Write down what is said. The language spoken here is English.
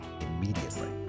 immediately